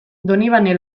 donibane